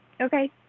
Okay